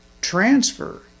transfer